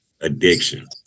Addiction